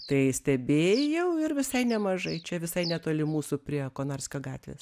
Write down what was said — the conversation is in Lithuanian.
tai stebėjau ir visai nemažai čia visai netoli mūsų prie konarskio gatvės